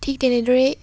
ঠিক তেনেদৰেই